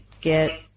get